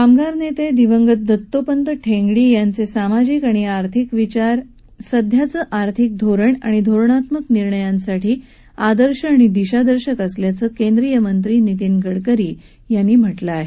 कामगार नेते दिवंगत दत्तोपंत ठेंगडी यांचे सामाजिक आणि आर्थिक विचार सध्याचं आर्थिक धोरण आणि धोरणात्मक निर्णयांसाठी आदर्श आणि दिशादर्शक असल्याचं केंद्रीय मंत्री नितीन गडकरी यांनी म्हटलं आहे